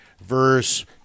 verse